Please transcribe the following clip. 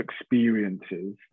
experiences